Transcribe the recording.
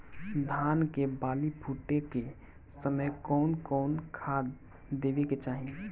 धान के बाली फुटे के समय कउन कउन खाद देवे के चाही?